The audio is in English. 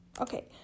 okay